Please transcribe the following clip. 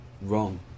Wrong